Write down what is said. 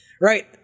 Right